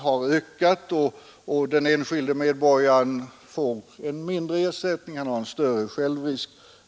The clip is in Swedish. När självrisken blir större, får försäkringstagaren mindre i ersättning.